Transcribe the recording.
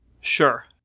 Sure